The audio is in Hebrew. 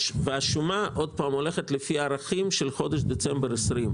השומה הולכת לפי ערכים של חודש דצמבר 20',